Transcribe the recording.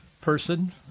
person